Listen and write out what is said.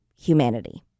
humanity